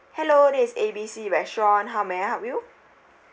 hello this is A B C restaurant how may I help you